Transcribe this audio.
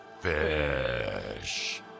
Fish